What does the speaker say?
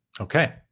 Okay